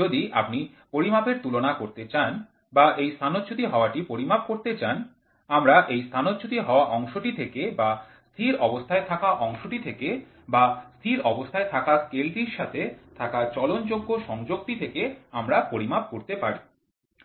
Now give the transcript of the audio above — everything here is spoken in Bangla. যদি আপনি পরিমাপের তুলনা করতে চান বা এই স্থানচ্যুতি হওয়াটি পরিমাপ করতে চান আমরা এই স্থানচ্যুতি হওয়া অংশটি থেকে বা স্থির অবস্থায় থাকা অংশটি থেকে বা স্থির অবস্থায় থাকা স্কেলটির সাথে থাকা চলন যোগ্য সংযোগটি থেকে আমরা পরিমাপ করতে পারি